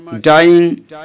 dying